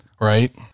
Right